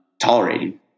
tolerating